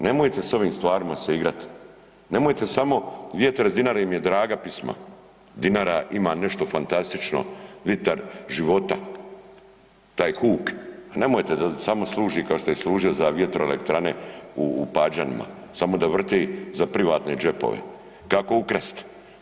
Nemojte s ovim stvarima se igrat, nemojte samo Vjetre s Dinare im je draga pjesma, Dinara ima nešto fantastično, vjetar života, taj huk, nemojte da samo služi kao što je služio za vjetroelektrane u Pađanima, samo da vrti za privatne džepove, kako ukrast.